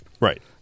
Right